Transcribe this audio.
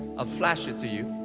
ah flash it to you.